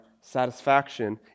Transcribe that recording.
satisfaction